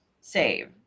save